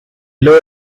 lords